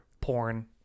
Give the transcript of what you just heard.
porn